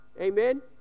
Amen